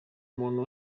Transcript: muntu